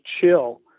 chill